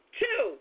two